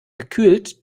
gekühlt